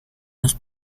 los